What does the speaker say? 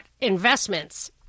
investments